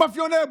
מאפיונר.